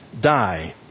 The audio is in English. die